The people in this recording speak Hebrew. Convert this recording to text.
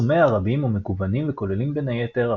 יישומיה רבים ומגוונים וכוללים בין היתר,